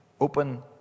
open